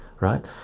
Right